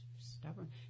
stubborn